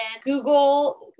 Google